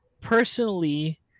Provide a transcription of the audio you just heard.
personally